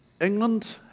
England